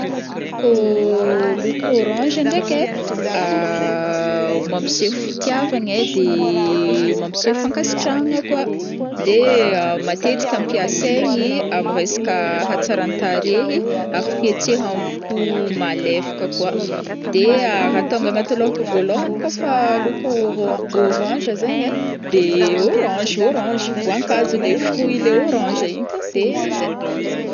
Kô loko orange ndraiky ai, mampiseo fitiavagna ai, de mampiseo fankasitrahagna koà, de matetiky ampiasaigny ami resaka hatsarantarehy ary fietsehampo malefaka koa, deha raha tônga agnaty lôhako vôlôhany kô fa loko or-orange zegny ai de orange-orange- voankazo le fruit le orange igny.de zay.